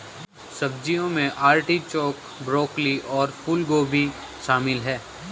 सब्जियों में artichoke, broccoli और फूलगोभी शामिल है